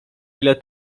ile